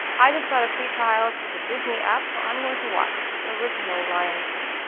i just got a free trial to the disney app so i'm going to watch the original lion king.